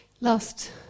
Last